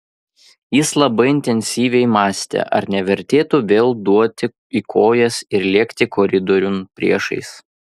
jis labai intensyviai mąstė ar nevertėtų vėl duoti į kojas ir lėkti koridoriun priešais